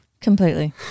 Completely